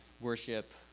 worship